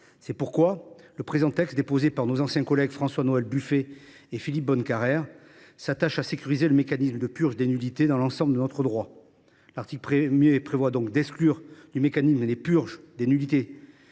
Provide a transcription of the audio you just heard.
justice. Le présent texte, déposé par nos anciens collègues François Noël Buffet et Philippe Bonnecarrère, s’attache ainsi à sécuriser le mécanisme de purge des nullités dans l’ensemble de notre droit. Pour ce faire, l’article 1 prévoit d’exclure du mécanisme de purge des nullités